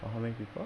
for how many people